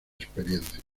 experiencias